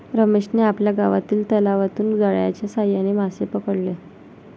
रमेशने आपल्या गावातील तलावातून जाळ्याच्या साहाय्याने मासे पकडले